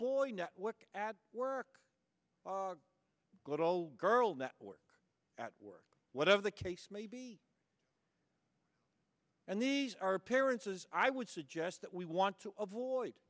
boy network at work good old girl network at work or whatever the case may be and these are appearances i would suggest that we want to avoid